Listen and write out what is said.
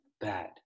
bad